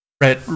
Red